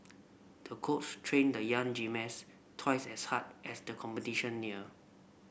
the coach trained the young gymnast twice as hard as the competition near